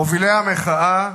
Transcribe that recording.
מובילי המחאה,